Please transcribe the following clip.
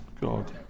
God